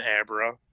Abra